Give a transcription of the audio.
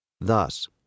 Thus